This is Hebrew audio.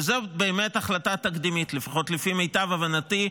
וזאת באמת החלטה תקדימית, לפחות לפי מיטב הבנתי.